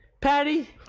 Patty